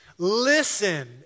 Listen